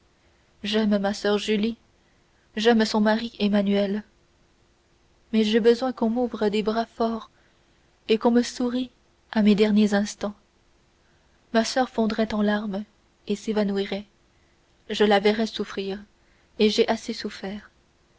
j'aime ma soeur julie j'aime son mari emmanuel mais j'ai besoin qu'on m'ouvre des bras forts et qu'on me sourie à mes derniers instants ma soeur fondrait en larmes et s'évanouirait je la verrais souffrir et j'ai assez souffert